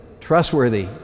trustworthy